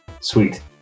Sweet